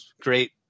great